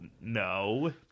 no